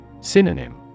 synonym